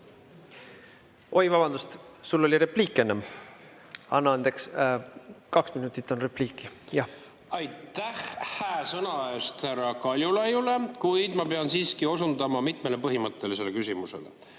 Oi, vabandust! Sul oli repliik enne. Anna andeks! Kaks minutit on repliik. Aitäh hää sõna eest härra Kaljulaiule! Kuid ma pean siiski osutama mitmele põhimõttelisele küsimusele.